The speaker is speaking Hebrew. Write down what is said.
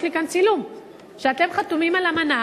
יש לי כאן צילום שאתם חתומים על אמנה